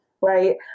Right